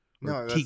No